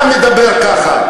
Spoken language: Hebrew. בושה וחרפה שאתה מדבר ככה.